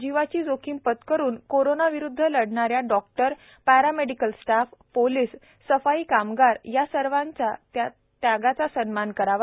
जीवाची जोखीम पत्करुन कोरोनाविरुद्ध लढणाऱ्या डॉक्टर पश्चामेडिकल स्टाफ पोलिस सफाई कामगार यासर्वांच्या त्यागाचा सन्मान करावा